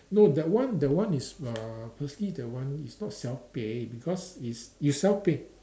no that one that one is uh firstly that one is not self pay because it's you self pay